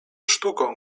sztuką